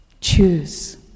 Choose